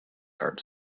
heart